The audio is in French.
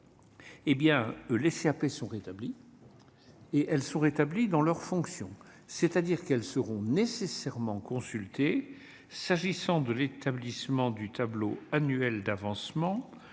Ensuite, il y a le rétablissement des CAP dans leurs fonctions, c'est-à-dire qu'elles seront nécessairement consultées s'agissant de l'établissement du tableau annuel d'avancement